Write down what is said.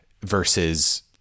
versus